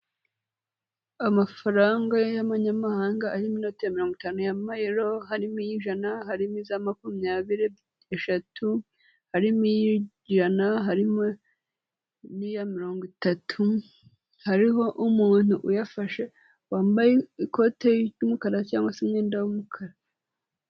Amafaranga y'amanyamahanga arimo inote ya mirongo itanu y'amayero, harimo iy'ijana, harimo iza makumyabiri eshatu, harimo iy'ijana, harimo n'iya mirongo itatu, hariho umuntu uyafashe wambaye ikote ry'umukara cyangwa se umwenda w'umukara.